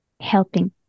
helping